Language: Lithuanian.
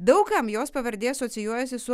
daug kam jos pavardė asocijuojasi su